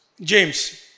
James